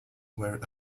were